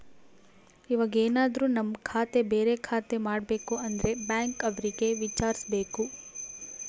ಇವಾಗೆನದ್ರು ನಮ್ ಖಾತೆ ಬೇರೆ ಖಾತೆ ಮಾಡ್ಬೇಕು ಅಂದ್ರೆ ಬ್ಯಾಂಕ್ ಅವ್ರಿಗೆ ವಿಚಾರ್ಸ್ಬೇಕು